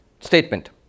statement